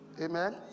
Amen